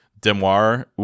Demoir